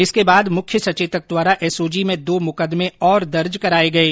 इसके बाद मुख्य सचेतक द्वारा एसओजी में दो मुकदमें और दर्ज कराये गये